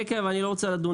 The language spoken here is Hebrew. כן, אבל אני לא רוצה לדון